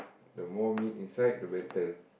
the more meat inside the better